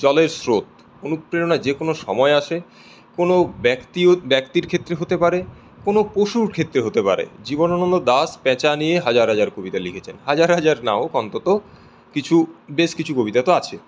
জলের স্রোত অনুপ্রেরণা যেকোনও সময়ে আসে কোনও ব্যক্তির ক্ষেত্রে হতে পারে কোনও পশুর ক্ষেত্রে হতে পারে জীবনানন্দ দাশ পেঁচা নিয়ে হাজার হাজার কবিতা লিখেছেন হাজার হাজার না হোক অন্তত কিছু বেশ কিছু কবিতা তো আছে